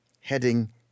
heading